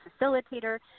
facilitator